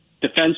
defense